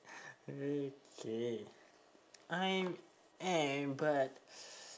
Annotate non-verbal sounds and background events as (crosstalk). okay I am but (noise)